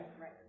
right